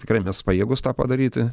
tikrai mes pajėgūs tą padaryti